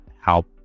help